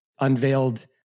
unveiled